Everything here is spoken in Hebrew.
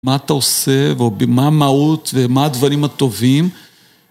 מה אתה עושה ומה המהות ומה הדברים הטובים